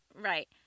Right